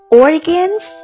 organs